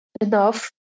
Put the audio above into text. enough